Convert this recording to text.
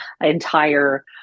entire